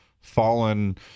fallen